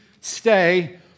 stay